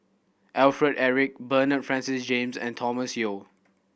Alfred Eric Bernard Francis James and Thomas Yeo